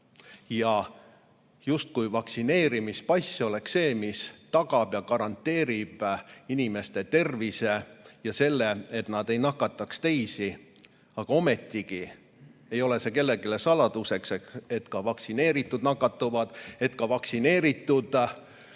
Justkui vaktsineerimispass oleks see, mis tagab ja garanteerib inimeste tervise ja selle, et nad ei nakata teisi. Aga ometigi ei ole see kellelegi saladus, et ka vaktsineeritud nakatuvad, ka vaktsineeritud